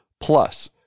plus